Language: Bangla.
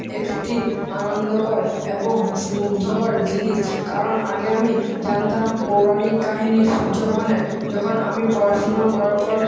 একটি আনন্দকর এবং সুমুগ্ধকর জিনিস কারণ আগে আমি জানতাম পৌরাণিক কাহিনির সূয্যগ্রহণের যখন আমি পড়াশুনো করার পর